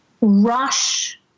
rush